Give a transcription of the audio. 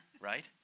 Right